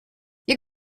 jak